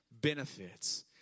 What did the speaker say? benefits